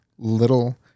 little